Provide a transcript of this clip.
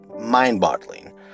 mind-boggling